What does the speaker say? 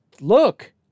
look